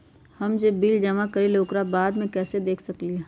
हम जे बिल जमा करईले ओकरा बाद में कैसे देख सकलि ह?